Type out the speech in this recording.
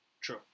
True